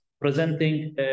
presenting